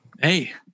Hey